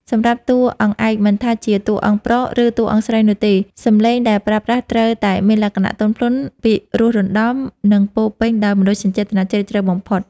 សម្រាប់តួអង្គឯក មិនថាជាតួអង្គប្រុស ឬតួអង្គស្រីនោះទេ សំឡេងដែលប្រើប្រាស់ត្រូវតែមានលក្ខណៈទន់ភ្លន់ ពីរោះរណ្ដំ និងពោពេញដោយមនោសញ្ចេតនាជ្រាលជ្រៅបំផុត។